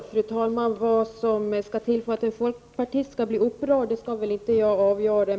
Fru talman! Vad som skall till för att en folkpartist skall bli upprörd kan väl inte jag avgöra.